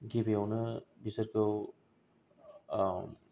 गिबियावनो बिसोरखौ